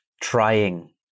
trying